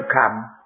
come